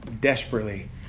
desperately